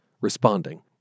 responding